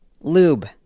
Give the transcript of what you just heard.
Lube